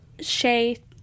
shay